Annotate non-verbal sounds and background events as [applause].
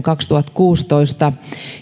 [unintelligible] kaksituhattakuusitoista